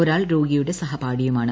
ഒരാൾ രോഗിയുടെ സഹപാഠിയാണ്